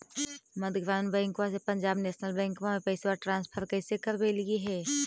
मध्य ग्रामीण बैंकवा से पंजाब नेशनल बैंकवा मे पैसवा ट्रांसफर कैसे करवैलीऐ हे?